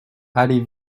allez